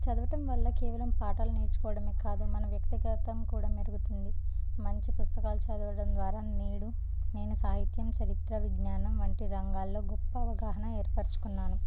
చదవటం వల్ల కేవలం పాఠాలు నేర్చుకోవడమే కాదు మన వ్యక్తిగతం కూడా మెరుగుతుంది మంచి పుస్తకాలు చదవడం ద్వారా నేడు నేను సాహిత్యం చరిత్ర విజ్ఞానం వంటి రంగాల్లో గొప్ప అవగాహన ఏర్పరచుకున్నాను